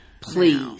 please